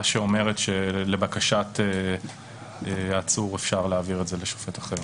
שאומרת שלבקשת העצור אפשר להעביר את זה לשופט אחר.